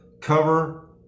cover